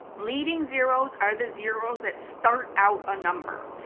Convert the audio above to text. leading zeroes are the zeroes that start out a number.